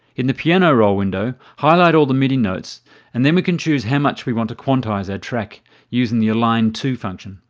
in the piano roll window, highlight all the midi notes and then we can choose how much we want to quantize our track using the align to function.